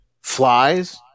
flies